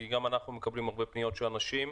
כי גם אנחנו מקבלים פניות רבות מאנשים.